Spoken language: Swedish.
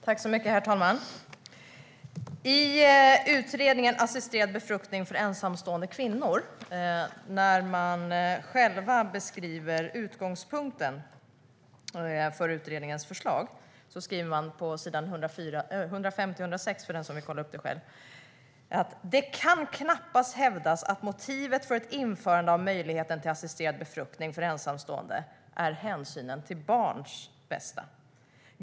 Herr talman! I utredningen Assisterad befruktning för ensamstående kvinnor beskrivs utgångspunkten för utredningens förslag - på s. 105-106, för den som vill kolla upp det själv: "Det kan knappast hävdas att motivet för ett införande av möjligheten till assisterad befruktning för ensamstående är hänsynen till barnets bästa.